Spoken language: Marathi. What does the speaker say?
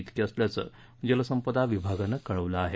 इतकी असल्याचे जलसंपदा विभागाने कळविले आहे